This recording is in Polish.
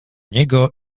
niego